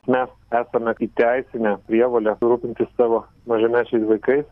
mes esame įteisinę prievolę rūpintis savo mažamečiais vaikais